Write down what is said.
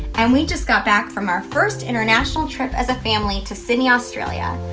and we just got back from our first international trip as a family to sydney, australia.